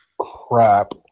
crap